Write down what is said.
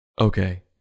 Okay